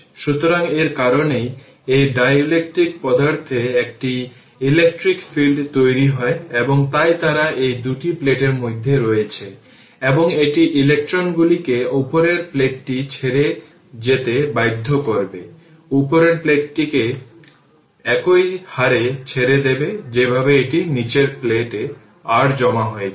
সুতরাং এর কারণে এই ডাইলেকট্রিক পদার্থে একটি ইলেকট্রিক ফিল্ড তৈরি হয় এবং তাই তারা এই দুটি প্লেটের মধ্যে রয়েছে এবং এটি ইলেক্ট্রনগুলিকে উপরের প্লেটটি ছেড়ে যেতে বাধ্য করবে উপরের প্লেটটিকে একই হারে ছেড়ে দেবে যেভাবে এটি নীচের প্লেটে r জমা হয়েছিল